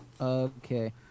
Okay